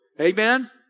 Amen